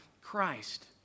Christ